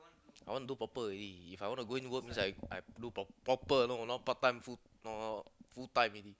I want to do proper already If I want to go in work it's like I'm do pro~ proper no no part time full no full time already